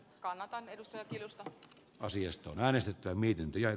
kanadan edustajat tiedostavat asiasta äänestetään miten pian